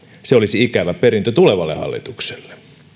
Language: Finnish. se olisi ikävä perintö tulevalle hallitukselle